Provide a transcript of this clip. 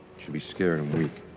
she'll be scared and weak.